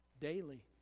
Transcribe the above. daily